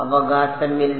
അവകാശമില്ല